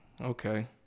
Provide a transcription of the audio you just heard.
Okay